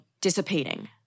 dissipating